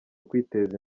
kwiteza